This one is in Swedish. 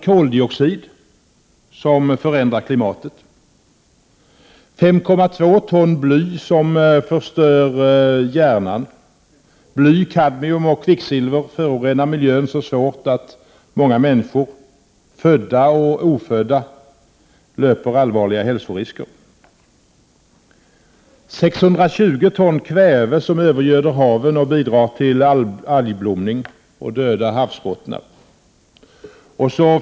—-5,2 ton bly som förstör hjärnan. Bly, kadmium och kvicksilver förorenar miljön så svårt att många människor, födda och ofödda, löper allvarliga hälsorisker.